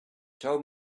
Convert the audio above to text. told